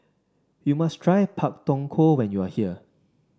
you must try Pak Thong Ko when you are here